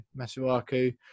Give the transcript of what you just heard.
Masuaku